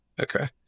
Okay